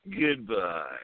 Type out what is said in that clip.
Goodbye